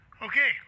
Okay